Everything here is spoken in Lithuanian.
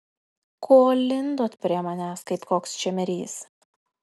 ko lindot prie manęs kaip koks čemerys